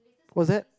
what's that